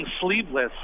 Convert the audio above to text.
sleeveless